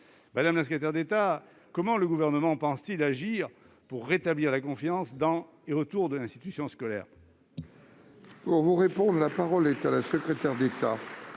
Madame la secrétaire d'État, comment le Gouvernement compte-t-il agir pour rétablir la confiance dans et autour de l'institution scolaire ? La parole est à Mme la secrétaire d'État